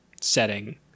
setting